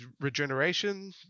regeneration